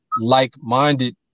like-minded